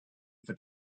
for